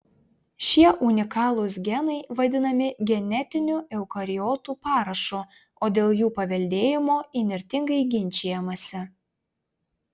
šie unikalūs genai vadinami genetiniu eukariotų parašu o dėl jų paveldėjimo įnirtingai ginčijamasi